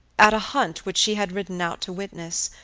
at a hunt which she had ridden out to witness,